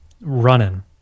Running